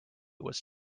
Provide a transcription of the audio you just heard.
was